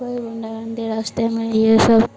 कोई भी न अंधे रास्ते में ये सब